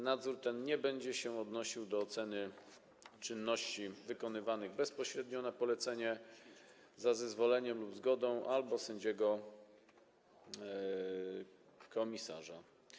Nadzór ten nie będzie się odnosił do oceny czynności wykonywanych bezpośrednio na polecenie, za zezwoleniem lub zgodą albo sędziego komisarza.